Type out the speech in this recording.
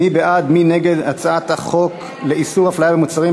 מי בעד ומי נגד הצעת החוק לאיסור הפליה במוצרים,